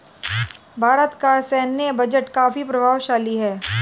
भारत का सैन्य बजट काफी प्रभावशाली है